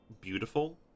beautiful